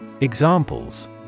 Examples